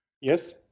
Yes